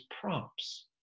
prompts